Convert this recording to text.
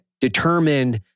determine